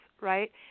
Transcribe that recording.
right